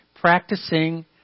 practicing